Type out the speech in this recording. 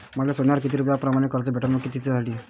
मले सोन्यावर किती रुपया परमाने कर्ज भेटन व किती दिसासाठी?